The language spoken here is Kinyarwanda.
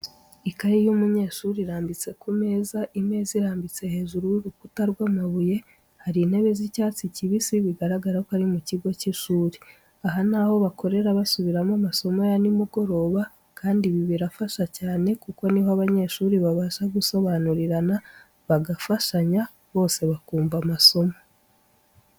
Ikayi y'umunyeshuri irambitse ku meza, imeza irambitse hejuru y'urukuta rw'amabuye, hari intebe z'icyatsi kibisi bigaragara ko ari mu kigo cy'ishuri. Aha ni aho bakorera basubiramo amasomo ya nimugoroba kandi ibi birafasha cyane kuko niho abanyeshuri babasha gusobanurirana, bagafashanya bose bakumva amasomo.